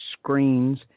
screens